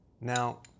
Now